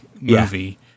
movie